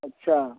अच्छा